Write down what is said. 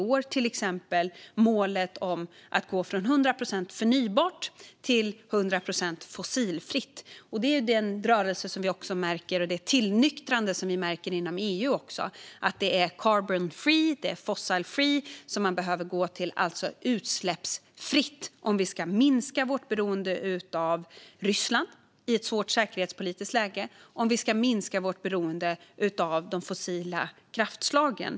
Det gäller till exempel målet att gå från 100 procent förnybart till 100 procent fossilfritt. Det är den rörelse och det tillnyktrande vi märker även inom EU; det är carbon free och fossil free, det vill säga utsläppsfritt, man behöver gå över till om vi ska minska vårt beroende av Ryssland i ett svårt säkerhetspolitiskt läge och minska vårt beroende av de fossila kraftslagen.